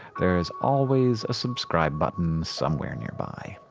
there's always a subscribe button somewhere nearby.